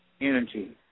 energy